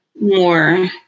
more